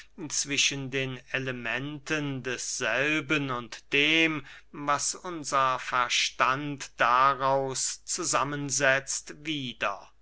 zwischen den elementen desselben und dem was unser verstand daraus zusammensetzt wieder